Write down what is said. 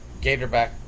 Gatorback